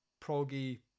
proggy